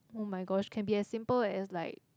[oh]-my-gosh can be as simple as like